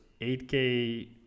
8k